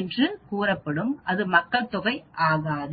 என்று கூறப்படும் அது மக்கள்தொகை ஆகாது